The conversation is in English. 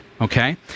Okay